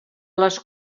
les